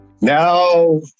no